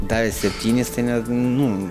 davė septynis tai net nu